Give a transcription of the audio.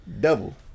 Double